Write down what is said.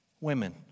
women